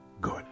good